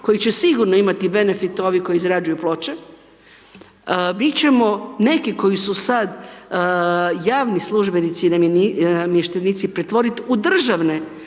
koji će sigurno imati benefit, ovi koji izrađuju ploče, mi ćemo neki koji su sad javni službenici i namještenici, pretvoriti u državne